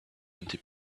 empty